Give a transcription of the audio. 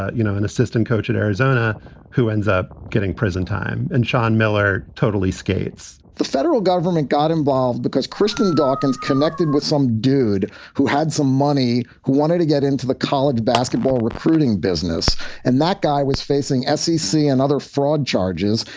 ah you know, an assistant coach at arizona who ends up getting prison time, and sean miller, totally skate's the federal government got involved because christian dawkins connected with some dude who had some money who wanted to get into the college basketball recruiting business and that guy was facing s e c. and other fraud charges.